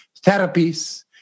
therapies